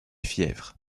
fièvre